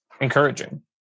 encouraging